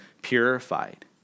purified